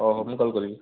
ହଉ ହଉ ମୁଁ କଲ କରିବି